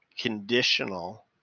conditional